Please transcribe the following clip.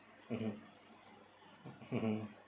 mmhmm mmhmm